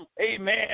amen